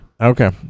Okay